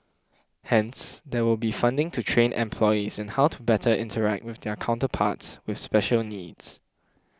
hence there will be funding to train employees in how to better interact with their counterparts with special needs